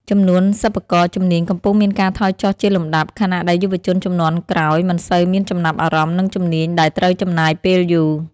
ចំនួនសិប្បករជំនាញកំពុងមានការថយចុះជាលំដាប់ ខណៈដែលយុវជនជំនាន់ក្រោយមិនសូវមានចំណាប់អារម្មណ៍នឹងជំនាញដែលត្រូវចំណាយពេលយូរ។